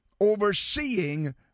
overseeing